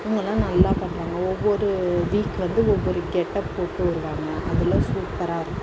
இவங்கல்லாம் நல்லா பண்ணுறாங்க ஒவ்வொரு வீக் வந்து ஒவ்வொரு கெட்டப் போட்டு வருவாங்க அதுல்லாம் சூப்பராக இருக்கும்